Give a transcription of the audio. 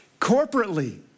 corporately